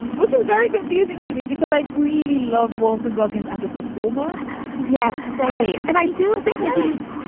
which is very confusing to me because i really love walton goggins as a performer yes, same. and i do think that he's.